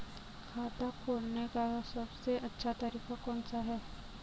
खाता खोलने का सबसे अच्छा तरीका कौन सा है?